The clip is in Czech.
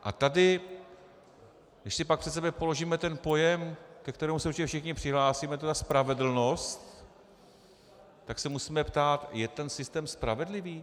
A tady, když si pak před sebe položíme ten pojem, ke kterému se určitě všichni přihlásíme, to je ta spravedlnost, tak se musíme ptát: Je ten systém spravedlivý?